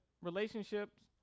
relationships